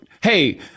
hey